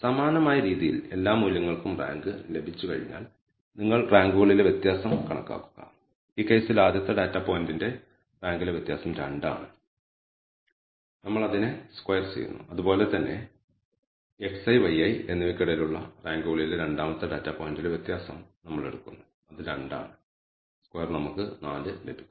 സമാനമായ രീതിയിൽ എല്ലാ മൂല്യങ്ങൾക്കും റാങ്ക് ലഭിച്ചുകഴിഞ്ഞാൽ നിങ്ങൾ റാങ്കുകളിലെ വ്യത്യാസം കണക്കാക്കുക ഈ കേസിൽ ആദ്യത്തെ ഡാറ്റാ പോയിന്റിന്റെ റാങ്കിലെ വ്യത്യാസം 2 ആണ് നമ്മൾ അതിനെ സ്ക്വയർ ചെയ്യുന്നു അതുപോലെ തന്നെ xi yi എന്നിവയ്ക്കിടയിലുള്ള റാങ്കുകളിലെ രണ്ടാമത്തെ ഡാറ്റ പോയിന്റിലെ വ്യത്യാസം നമ്മൾ എടുക്കുന്നു അത് 2 ആണ് സ്ക്വയർ നമുക്ക് 4 ലഭിക്കും